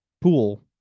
pool